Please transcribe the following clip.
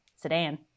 sedan